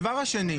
הדבר השני,